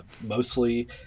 Mostly